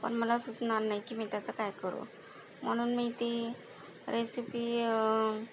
पण मला सुचणार नाहीे की मी त्याचं काय करू म्हणून मी ती रेसिपी